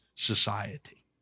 society